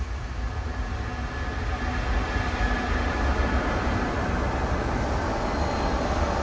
man